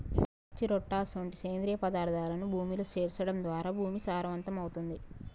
పచ్చిరొట్ట అసొంటి సేంద్రియ పదార్థాలను భూమిలో సేర్చడం ద్వారా భూమి సారవంతమవుతుంది